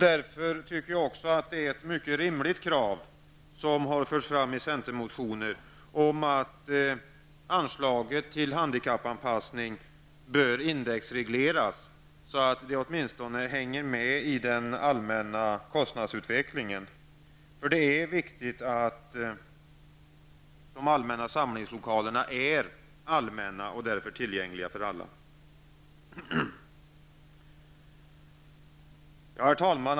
Därför tycker jag att det är ett mycket rimligt krav som har förts fram i centermotionen om att anslaget till handikappanpassning bör indexregleras, så att det åtminstone hänger med i den allmänna kostnadsutvecklingen, för det är viktigt att de allmänna samlingslokalerna är allmänna och tillgängliga för alla. Herr talman!